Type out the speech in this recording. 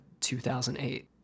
2008